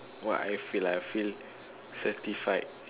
what I feel ah I feel satisfied